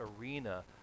arena